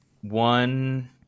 One